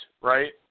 right